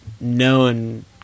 known